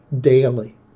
daily